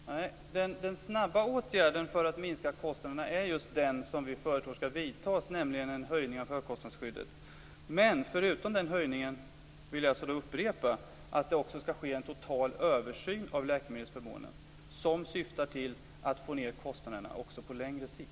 Fru talman! Den snabba åtgärden för att få minska kostnaderna är den vi föreslår skall vidtas, nämligen en höjning av högkostnadsskyddet. Men jag vill upprepa att förutom den höjningen skall det ske en total översyn av läkemedelsförmånen, som syftar till att få ned kostnaderna också på längre sikt.